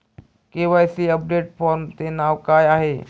KYC update फॉर्मचे नाव काय आहे?